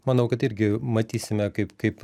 manau kad irgi matysime kaip kaip